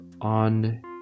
on